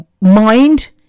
mind